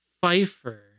Pfeiffer